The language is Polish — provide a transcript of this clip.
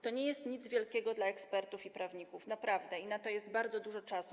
To nie jest nic wielkiego dla ekspertów i prawników, naprawdę, i na to jest bardzo dużo czasu.